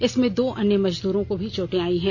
इसमें दो अन्य मजदूरों को भी चोटे आई है